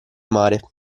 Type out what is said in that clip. mare